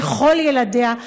וכל ילדיה,